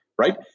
right